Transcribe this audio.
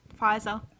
Pfizer